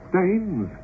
Stains